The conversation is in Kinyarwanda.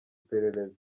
iperereza